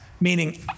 meaning